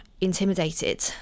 intimidated